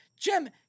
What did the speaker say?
jim